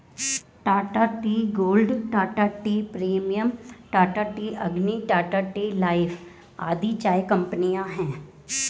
Tata tea gold, Tata tea premium, Tata tea Agni, Tata tea life आदि चाय कंपनियां है